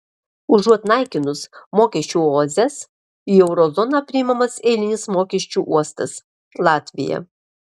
užuot naikinus mokesčių oazes į euro zoną priimamas eilinis mokesčių uostas latvija